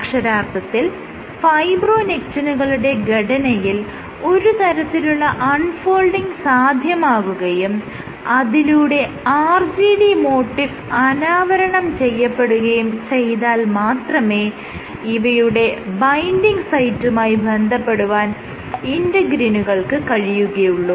അക്ഷരാർത്ഥത്തിൽ ഫൈബ്രോനെക്റ്റിനുകളുടെ ഘടനയിൽ ഒരു തരത്തിലുള്ള അൺ ഫോൾഡിങ് സാധ്യമാകുകയും അതിലൂടെ RGD മോട്ടിഫ് അനാവരണം ചെയ്യപ്പെടുകയും ചെയ്താൽ മാത്രമേ ഇവയുടെ ബൈൻഡിങ് സൈറ്റുമായി ബന്ധപ്പെടുവാൻ ഇന്റെഗ്രിനുകൾക്ക് കഴിയുകയുള്ളു